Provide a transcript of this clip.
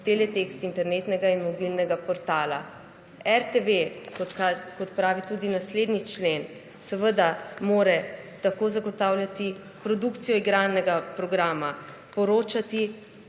teletekst internetnega in mobilnega portala. RTV, kot pravi tudi naslednji člen, mora tako zagotavljati produkcijo igranega programa, poročati